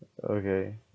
okay